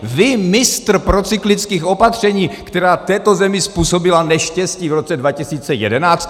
Vy, mistr procyklických opatření, která této zemi způsobila neštěstí v roce 2011?